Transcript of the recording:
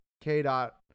K.Dot